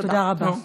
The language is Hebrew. תודה רבה.